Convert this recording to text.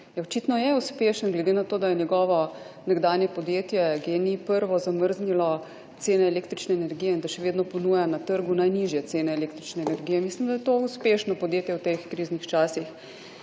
očitno je uspešen, glede na to, da je njegovo nekdanje podjetje GEN-i prvo zamrznilo cene električne energije in da še vedno ponuja na trgu najnižje cene električne energije. Mislim, da je to uspešno podjetje v teh kriznih časih.